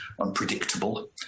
unpredictable